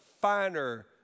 finer